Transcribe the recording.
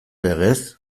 legez